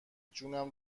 جونم